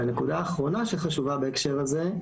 הנקודה האחרונה שחשובה בהקשר הזה,